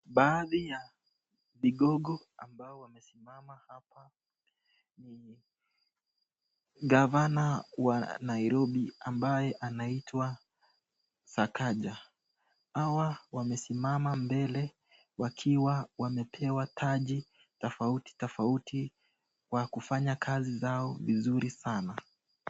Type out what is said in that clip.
Baadhi ya vigogo ambao wamesimama hapa ni gavana wa Nairobi ambaye anaitwa Sakaja, hawa wamesimama mbele wakiwa wamepewa taji tofauti tofauti wa kufanya kazi zao vizuri sana.